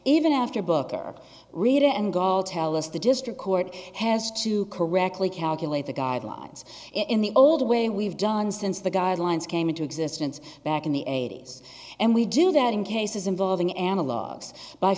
even after booker read it and god tell us the district court has to correctly calculate the guidelines in the old way we've done since the guidelines came into existence back in the eighty's and we do that in cases involving analogues by